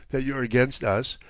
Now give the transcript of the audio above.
that you're against us,